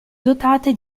dotate